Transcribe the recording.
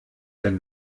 denn